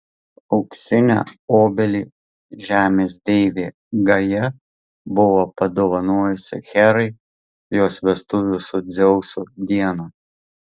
auksinę obelį žemės deivė gaja buvo padovanojusi herai jos vestuvių su dzeusu dieną